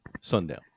Sundown